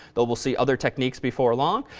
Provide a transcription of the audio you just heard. but we'll see other techniques before long.